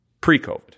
Pre-COVID